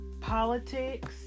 politics